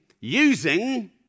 using